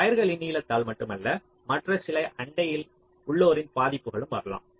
வயர்களின் நீளத்தால் மட்டுமல்ல மற்ற சில அண்டையில் உள்ளோரின் பாதிப்புகளும் வரலாம்